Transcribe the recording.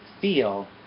feel